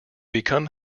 become